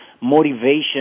motivation